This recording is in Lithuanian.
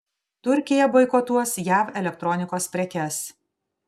turkija boikotuos jav elektronikos prekes